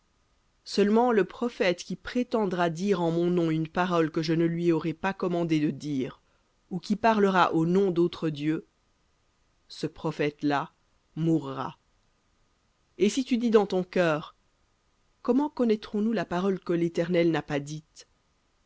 seulement le prophète qui prétendra dire en mon nom une parole que je ne lui aurai pas commandé de dire ou qui parlera au nom d'autres dieux ce prophète là mourra et si tu dis dans ton cœur comment connaîtrons nous la parole que l'éternel n'a pas dite